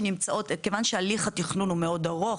כיוון שהליך התכנון הוא מאוד ארוך,